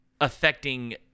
affecting